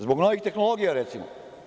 Zbog novih tehnologija, recimo.